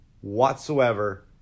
whatsoever